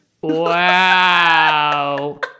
Wow